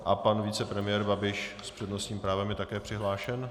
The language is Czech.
A pan vicepremiér Babiš s přednostním právem je také přihlášen?